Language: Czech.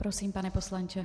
Prosím, pane poslanče.